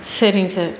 சரிங்க சார்